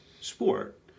sport